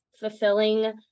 fulfilling